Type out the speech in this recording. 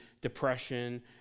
depression